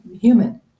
human